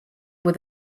with